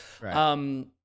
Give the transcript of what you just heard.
right